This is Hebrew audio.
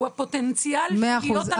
שהוא הפוטנציאל להיות הלקוח.